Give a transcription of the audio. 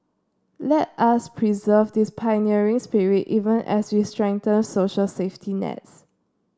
let us preserve this pioneering spirit even as we strengthen social safety nets